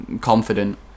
confident